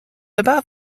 about